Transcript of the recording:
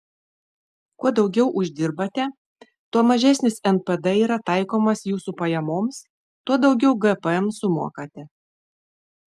kuo daugiau uždirbate tuo mažesnis npd yra taikomas jūsų pajamoms tuo daugiau gpm sumokate